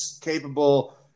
capable